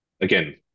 again